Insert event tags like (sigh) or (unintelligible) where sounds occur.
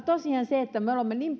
tosiaan me olemme niin (unintelligible)